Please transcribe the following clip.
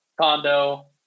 condo